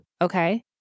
okay